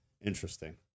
Interesting